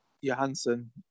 Johansson